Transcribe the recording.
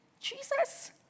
Jesus